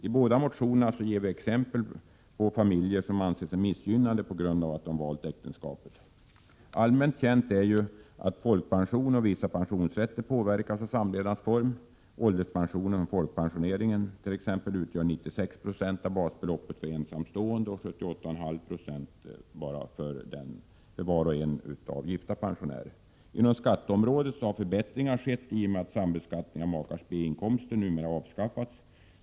I båda motionerna ger vi exempel på familjer som anser sig missgynnade på grund av att de valt äktenskapet. Allmänt känt är ju att folkpension och vissa pensionsrätter påverkas av samlevnadsform. Så utgör t.ex. ålderspensionen från folkpensioneringen 96 90 av basbeloppet för ensamstående men endast 78,5 96 för var och en av gifta pensionärer. Inom skatteområdet har förbättringar skett i och med att sambeskattning av makars B-inkomster numera avskaffats.